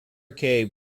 cave